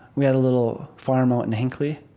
we had a little farm out in hinckley,